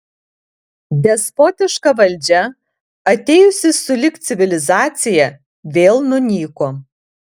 despotiška valdžia atėjusi sulig civilizacija vėl nunyko